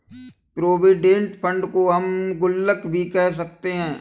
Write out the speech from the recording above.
provident fund को हम गुल्लक भी कह सकते हैं